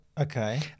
Okay